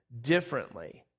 differently